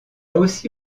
aussi